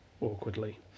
Awkwardly